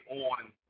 on